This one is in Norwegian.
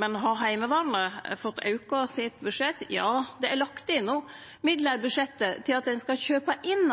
men har Heimevernet fått auka budsjettet sitt? Ja, det er lagt inn midlar i budsjettet til at ein skal kjøpe inn